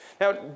Now